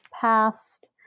past